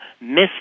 miss